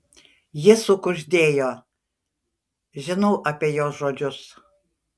ji sukuždėjo žinau apie jos žodžius